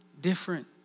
different